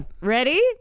Ready